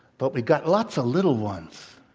but we got lots of little ones.